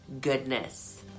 goodness